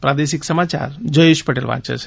પ્રાદેશિક સમાચાર જયેશ પટેલ વાંચે છે